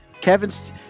Kevin's